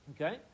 Okay